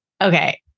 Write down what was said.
okay